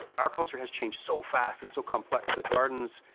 our culture has changed so fast, it's so complex, that gardens,